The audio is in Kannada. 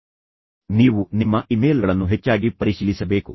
"ನೀವು ನಿಮ್ಮ ಇಮೇಲ್ಗಳನ್ನು ಹೆಚ್ಚಾಗಿ ಪರಿಶೀಲಿಸಬೇಕು